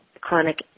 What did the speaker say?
chronic